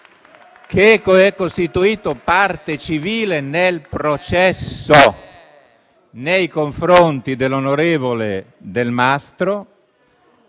che si è costituito parte civile nel processo nei confronti dell'onorevole Delmastro